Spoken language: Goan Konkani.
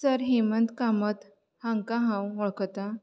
सर हेमंत कामत हांकां हांव वळखतां